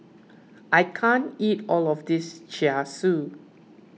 I can't eat all of this Char Siu